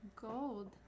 Gold